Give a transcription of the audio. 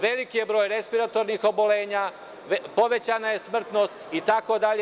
Veliki je broj respiratornih obolenja, povećana je smrtnost itd.